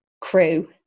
crew